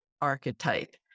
archetype